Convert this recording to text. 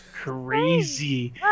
Crazy